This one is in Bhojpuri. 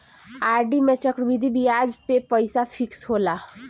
आर.डी में चक्रवृद्धि बियाज पअ पईसा फिक्स होला